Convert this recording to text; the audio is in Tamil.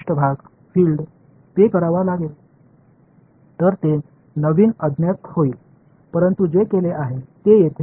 எனவே அவை புதிய அறியப்படாதவையாக மாறும் அதனால் என்ன செய்தேன் என்றால் கொள்ளளவுகளை துளையிட்டு வெளியேற்றினேன்